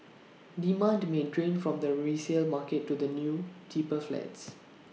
demand may drain from the resale market to the new cheaper flats